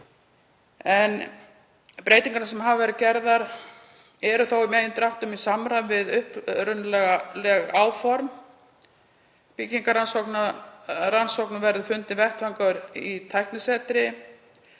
En breytingarnar sem hafa verið gerðar eru þó í megindráttum í samræmi við upprunaleg áform. Byggingarrannsóknum verður fundinn vettvangur í tæknisetri,